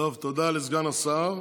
תודה לסגן השר.